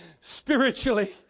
spiritually